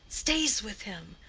stays with him,